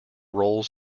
roles